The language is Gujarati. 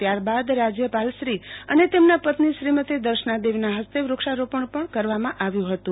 ત્યારબાદ રાજ્યપાલશ્રી અને તેમના પત્નિ શ્રીમતી દર્શના દેવીના હસ્તે વ્રક્ષારોપણ પણ કરવામાં આવ્યું હતું